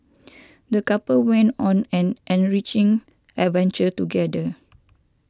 the couple went on an enriching adventure together